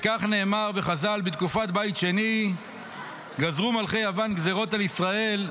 וכך נאמר בחז"ל: בתקופת בית שני גזרו מלכי יון גזרות על ישראל,